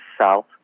South